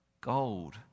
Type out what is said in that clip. Gold